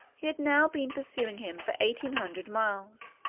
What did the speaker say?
he had now been pursuing him for eighteen hundred miles,